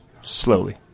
slowly